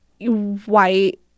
white